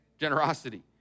generosity